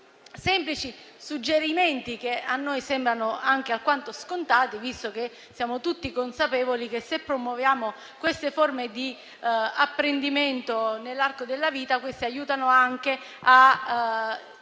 semplici suggerimenti che a noi sembrano anche alquanto scontati, visto che siamo tutti consapevoli che, se promuoviamo queste forme di apprendimento nell'arco della vita, queste aiutano anche a